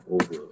over